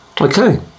okay